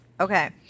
Okay